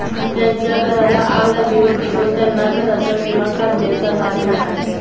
त्यांच्या घराला आग लागली होती पण त्यांना घराचा विमा काढण्याचा लाभ मिळाला